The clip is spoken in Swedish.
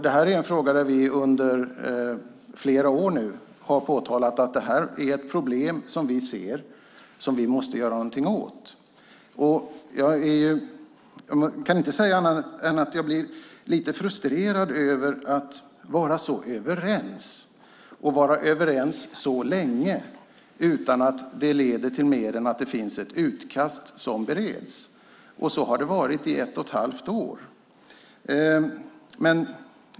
Detta är en fråga där vi under flera år har påtalat att detta är ett problem som vi ser och som vi måste göra någonting åt. Jag kan inte säga annat än att jag blir lite frustrerad över att man är så överens och har varit det så länge utan att det leder till mer än att det finns ett utkast som bereds. Så har det varit i ett och ett halvt år.